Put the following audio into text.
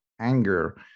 anger